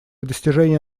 достижения